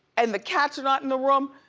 and the cats are not in the room,